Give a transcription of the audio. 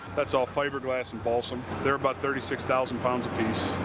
that's all fiberglass and balsam. they're about thirty six thousand pounds a piece.